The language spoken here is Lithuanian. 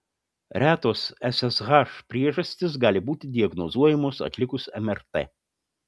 retos ssh priežastys gali būti diagnozuojamos atlikus mrt